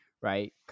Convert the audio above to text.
right